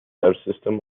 subsystem